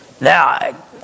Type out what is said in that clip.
now